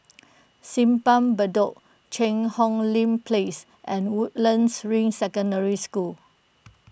Simpang Bedok Cheang Hong Lim Place and Woodlands Ring Secondary School